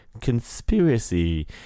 conspiracy